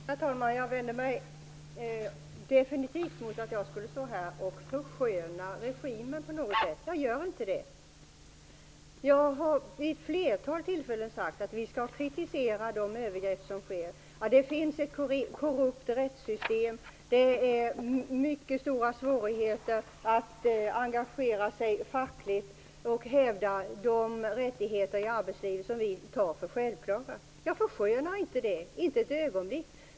Herr talman! Jag vänder mig definitivt emot att jag skulle stå här och försköna regimen på något sätt. Jag gör inte det. Jag har vid ett flertal tillfällen sagt att vi skall kritisera de övergrepp som sker. Det finns ett korrupt rättssystem. Det är mycket stora svårigheter att engagera sig fackligt och hävda de rättigheter i arbetslivet som vi tar för självklara. Jag förskönar inte det, inte ett ögonblick.